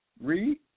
Read